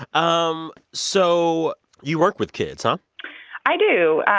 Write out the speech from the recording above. um so you work with kids? um i do.